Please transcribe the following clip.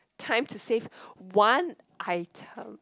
time to save one item